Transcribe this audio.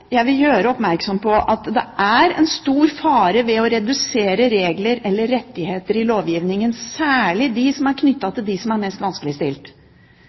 jeg vil gjøre oppmerksom på at det er en stor fare ved å redusere rettigheter i lovgivningen, særlig de som er knyttet til de mest vanskeligstilte. Vi vet at folk med sterk egenkompetanse, som kanskje ikke er